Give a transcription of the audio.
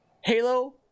halo